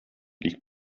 liegt